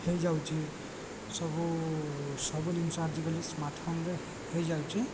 ହେଇଯାଉଛି ସବୁ ସବୁ ଜିନିଷ ଆଜିକାଲି ସ୍ମାର୍ଟ ଫୋନରେ ହେଇଯାଉଛି